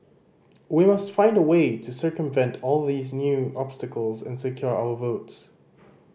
we must find a way to circumvent all these new obstacles and secure our votes